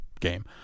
game